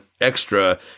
extra